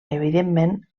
evidentment